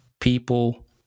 people